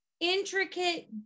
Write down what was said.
intricate